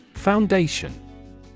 Foundation